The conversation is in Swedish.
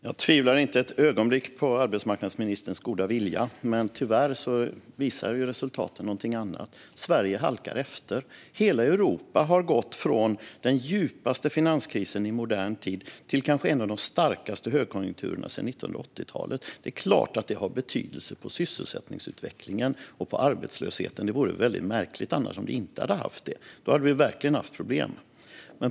Fru talman! Jag tvivlar inte ett ögonblick på arbetsmarknadsministerns goda vilja, men tyvärr visar resultaten någonting annat. Sverige halkar efter. Hela Europa har gått från den djupaste finanskrisen i modern tid till kanske en av de starkaste högkonjunkturerna sedan 1980-talet. Det är klart att det har betydelse för sysselsättningsutvecklingen och för arbetslösheten. Det vore väldigt märkligt om det inte hade haft det. Då hade vi verkligen haft problem.